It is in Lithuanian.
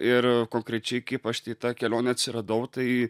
ir konkrečiai kaip aš į tą kelionę atsiradau tai